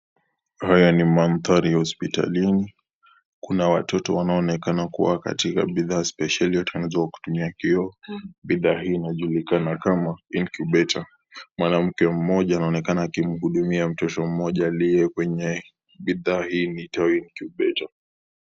Haya ni mandhari ya hospitalini. Kuna watoto wanaaonekana kuwa katika bidhaa spesheli iliyotengenezwa kwa kioo. Bidhaa hii inajulikaa kama incubator . Mwanamke mmoja anaonekana kumhudumia mtoto mmoja aliye kwenye bidhaa hii iitwayo incubator .